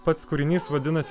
pats kūrinys vadinasi